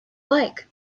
like